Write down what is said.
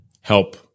help